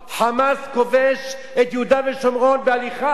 "חמאס" כובש את יהודה ושומרון בהליכה.